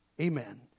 Amen